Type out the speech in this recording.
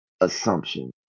assumption